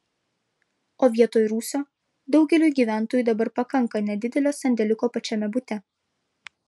o vietoj rūsio daugeliui gyventojų dabar pakanka nedidelio sandėliuko pačiame bute